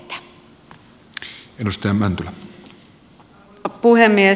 arvoisa puhemies